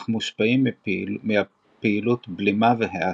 אך מושפעים מפעילות בלימה והאצה.